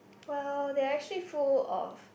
well that actually full of